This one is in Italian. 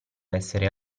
essere